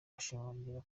bashimangira